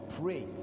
pray